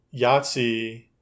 Yahtzee